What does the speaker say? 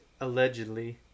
allegedly